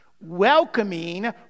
welcoming